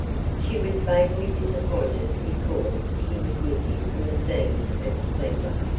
she was vaguely disappointed because he was missing from the scene of splendor.